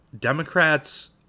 Democrats